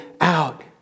out